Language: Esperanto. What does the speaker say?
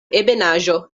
ebenaĵo